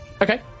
okay